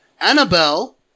Annabelle